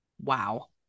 Wow